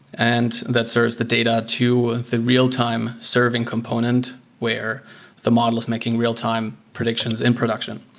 and that serves the data to the real-time serving component where the model is making real-time predictions in production.